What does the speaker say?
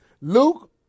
Luke